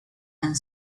and